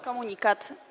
Komunikat.